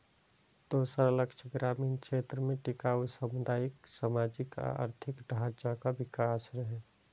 दोसर लक्ष्य ग्रामीण क्षेत्र मे टिकाउ सामुदायिक, सामाजिक आ आर्थिक ढांचाक विकास रहै